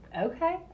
okay